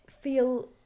feel